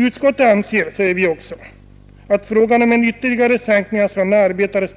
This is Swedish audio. Utskottet anser att frågan om en ytterligare sänkning av sådana arbetares